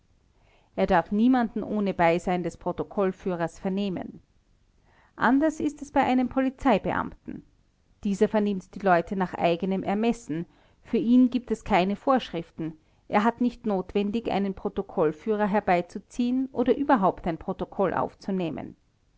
er darf niemanden ohne beisein des protokollführers vernehmen anders ist es bei einem polizeibeamten dieser vernimmt die leute nach eigenem ermessen für ihn gibt es keine vorschriften er hat nicht notwendig einen protokollführer herbeizuziehen oder überhaupt ein protokoll aufzunehmen